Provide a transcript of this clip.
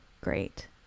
great